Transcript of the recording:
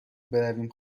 برویم